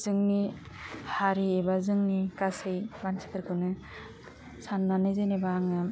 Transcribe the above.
जोंनि हारि एबा जोंनि गासै मानसिफोरखौनो साननानै जेनेबा आङो